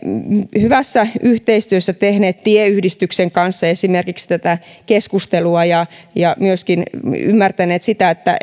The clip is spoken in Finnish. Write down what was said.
hyvässä yhteistyössä tehneet esimerkiksi tieyhdistyksen kanssa tätä keskustelua ja ja myöskin ymmärtäneet että